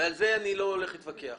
ועל זה אני לא הולך להתווכח: